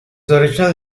original